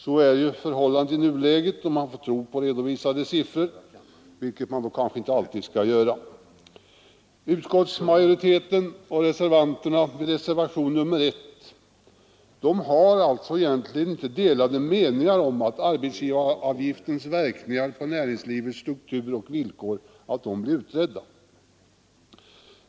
Så är förhållandet i nuläget om man får tro på redovisade siffror, vilket man kanske inte alltid skall göra. Utskottsmajoriteten och de reservanter som står bakom reservationen 1 har egentligen inte några delade meningar när det gäller förslaget att arbetsgivaravgiftens verkningar på näringslivets struktur och villkor bör utredas.